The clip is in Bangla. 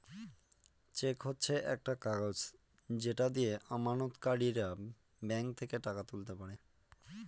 চেক হচ্ছে একটা কাগজ যেটা দিয়ে আমানতকারীরা ব্যাঙ্ক থেকে টাকা তুলতে পারে